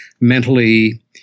mentally